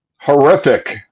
horrific